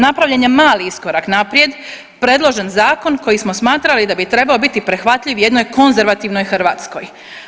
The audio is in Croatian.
Napravljen je mali iskorak naprijed, predložen zakon koji smo smatrali da bi trebao biti prihvatljiv jednoj konzervativnoj Hrvatskoj.